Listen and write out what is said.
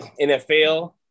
NFL